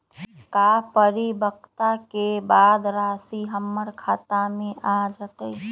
का परिपक्वता के बाद राशि हमर खाता में आ जतई?